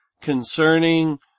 concerning